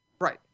Right